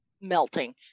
melting